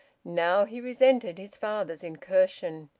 now, he resented his father's incursion.